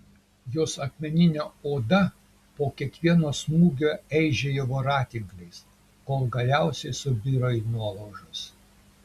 jos akmeninė oda po kiekvieno smūgio eižėjo voratinkliais kol galiausiai subiro į nuolaužas